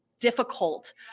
difficult